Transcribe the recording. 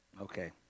Okay